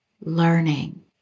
learning